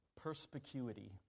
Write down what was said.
perspicuity